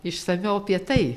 išsamiau apie tai